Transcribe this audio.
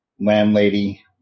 landlady